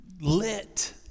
lit